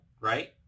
right